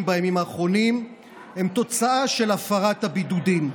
בימים האחרונים הם תוצאה של הפרת הבידודים.